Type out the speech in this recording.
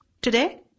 today